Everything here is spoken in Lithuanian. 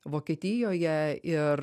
vokietijoje ir